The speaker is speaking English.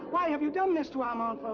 why have you done this to um um